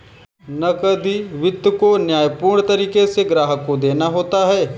नकदी वित्त को न्यायपूर्ण तरीके से ग्राहक को देना होता है